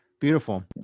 Beautiful